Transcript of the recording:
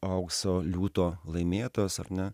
aukso liūto laimėtojas ar ne